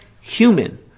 human